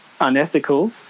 unethical